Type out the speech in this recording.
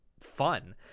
fun